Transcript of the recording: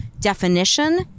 definition